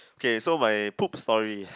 okay so my poop story